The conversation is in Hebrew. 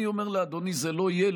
אני אומר לאדוני: זה לא יהיה,